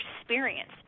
experience